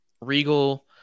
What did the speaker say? Regal